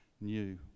new